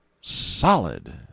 solid